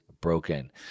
broken